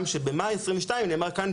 אני גם אציין שבמאי 2022 נאמר כאן,